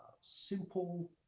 simple